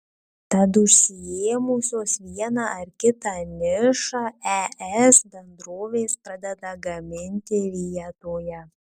tad užėmusios vieną ar kitą nišą es bendrovės pradeda gaminti vietoje